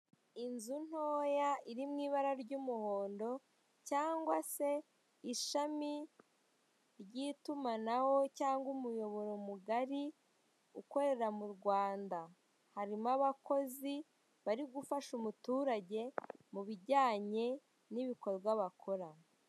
Inzu ntoya iri mu ibara ry'umuhondo cyangwa se ishami ry'itumanaho cyangwa umuyoboro mugari ukorera mu Rwanda, harimo abakozi bari gufasha umuturage mu bijyanye n'ibikorwa bakora.